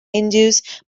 hindus